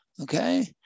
Okay